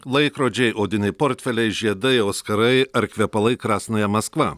laikrodžiai odiniai portfeliai žiedai auskarai ar kvepalai krasnaja maskva